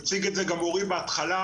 הציג את זה גם אורי בהתחלה,